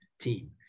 team